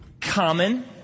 common